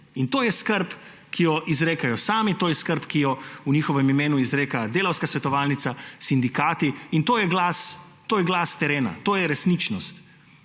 To je skrb, ki jo izrekajo sami, to je skrb, ki jo v njihovem imenu izreka Delavska svetovalnica, sindikati in to je glas terena. To je resničnost